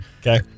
Okay